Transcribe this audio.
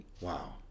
Wow